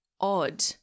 odd